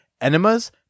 enemas